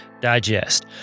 Digest